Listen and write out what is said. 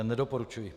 Nedoporučuji.